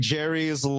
Jerry's